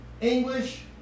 English